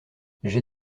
j’ai